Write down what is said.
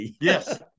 Yes